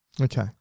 Okay